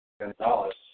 Gonzalez